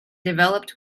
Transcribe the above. developed